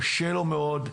קשה לו מאוד,